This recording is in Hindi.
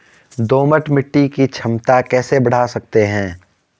दोमट मिट्टी की क्षमता कैसे बड़ा सकते हैं?